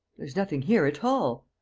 there's nothing here at all.